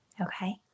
okay